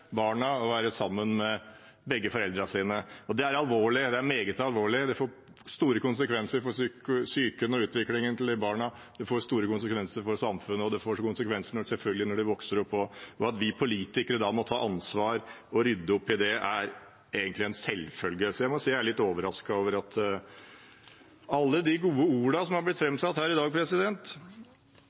barna i å være sammen med begge foreldrene sine. Det er alvorlig. Det er meget alvorlig. Det får store konsekvenser for psyken og utviklingen til barna, det får store konsekvenser for samfunnet, og det får selvfølgelig konsekvenser også når barna vokser opp. At vi politikere må ta ansvar og rydde opp i det, er egentlig en selvfølge. Så må jeg si at jeg er litt overrasket over alle de gode ordene som er blitt framsatt her i dag.